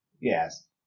Yes